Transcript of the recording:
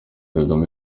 kagame